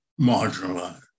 marginalized